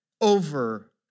over